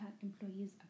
employees